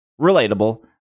relatable